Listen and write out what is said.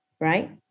right